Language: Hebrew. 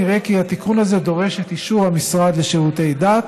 נראה כי התיקון הזה דורש את אישור המשרד לשירותי דת,